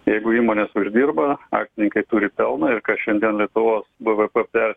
jeigu įmonės uždirba akcininkai turi pelną ir kas šiandien lietuvoje bvp